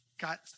got